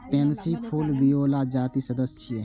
pansy फूल viola जातिक सदस्य छियै